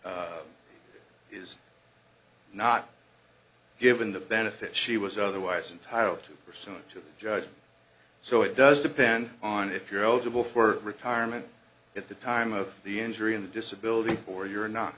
ause is not given the benefit she was otherwise entitle to her soon to judge so it does depend on if you're eligible for retirement at the time of the injury and disability or you're not